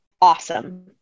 awesome